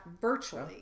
virtually